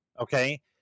Okay